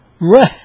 Right